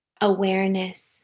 awareness